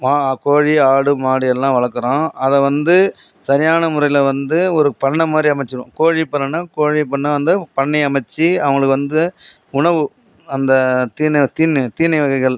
மா கோழி ஆடு மாடு எல்லாம் வளர்க்குறோம் அதை வந்து சரியான முறையில் வந்து ஒரு பண்ணை மாதிரி அமைச்சுடுவோம் கோழி பண்ணைனா கோழி பண்ணை வந்து பண்ணை அமைச்சு அவங்களுக்கு வந்து உணவு அந்த தீன் தீன்னு தீனி வகைகள்